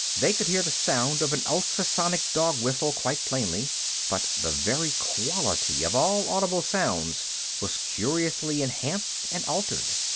they could hear the sound of an ultrasonic dog-whistle quite plainly but the very quality of all audible sounds was curiously enhanced and altered.